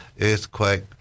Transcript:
earthquake